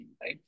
right